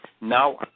Now